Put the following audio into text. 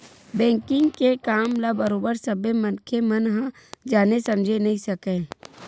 banking के काम ल बरोबर सब्बे मनखे मन ह जाने समझे नइ सकय